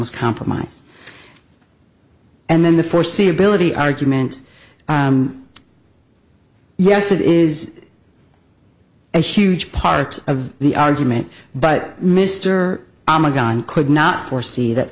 was compromised and then the foreseeability argument yes it is a huge part of the argument but mr i'm a gun could not foresee that